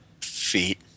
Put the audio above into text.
feet